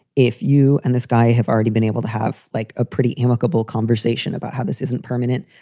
if you and this guy have already been able to have like a pretty amicable conversation about how this isn't permanent.